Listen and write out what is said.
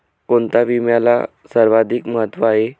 कोणता विम्याला सर्वाधिक महत्व आहे?